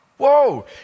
Whoa